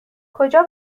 کجا